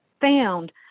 found